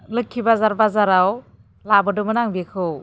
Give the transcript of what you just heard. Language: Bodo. लोखि बाजार बाजाराव लाबोदोंमोन आं बेखौ